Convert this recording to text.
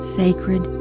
sacred